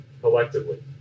collectively